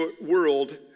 world